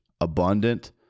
abundant